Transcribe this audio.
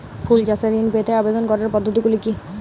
ফুল চাষে ঋণ পেতে আবেদন করার পদ্ধতিগুলি কী?